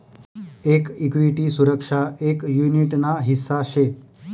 एक इक्विटी सुरक्षा एक युनीट ना हिस्सा शे